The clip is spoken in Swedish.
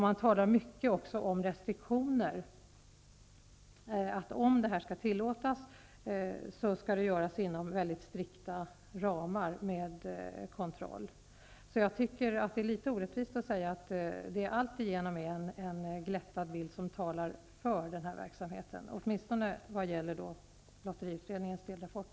Man talar också mycket om restriktioner. Om detta skall tillåtas, skall det ske inom mycket strikta ramar och med kontroll. Jag tycker därför att det är litet orättvist att säga att det alltigenom är en glättad bild som talar för verksamheten. Åtminstone gäller det lotteriutredningens delrapport.